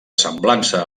semblança